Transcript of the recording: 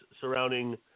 surrounding